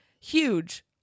Huge